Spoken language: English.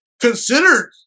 considered